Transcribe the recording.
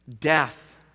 death